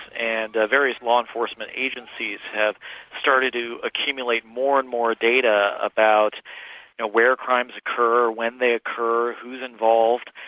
and various law enforcement agencies have started to accumulate more and more data about where crimes occur, when they occur, who's involved,